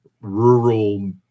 rural